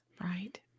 Right